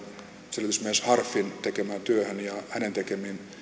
selvitysmies harpfin tekemään työhön ja hänen tekemiinsä